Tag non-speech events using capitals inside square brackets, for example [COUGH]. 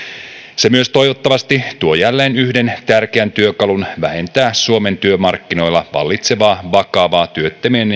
se myös toivottavasti tuo jälleen yhden tärkeän työkalun vähentää suomen työmarkkinoilla vallitsevaa vakavaa työttömien [UNINTELLIGIBLE]